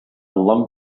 long